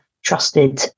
Trusted